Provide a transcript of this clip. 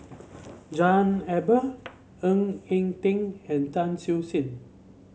John Eber Ng Eng Teng and Tan Siew Sin